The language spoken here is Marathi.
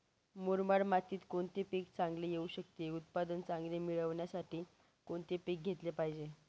मुरमाड मातीत कोणते पीक चांगले येऊ शकते? उत्पादन चांगले मिळण्यासाठी कोणते पीक घेतले पाहिजे?